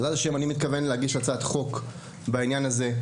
בעזרת ה׳, אני מתכוון להגיש הצעת חוק בעניין הזה.